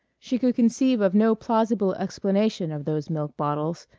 she could conceive of no plausible explanation of those milk bottles.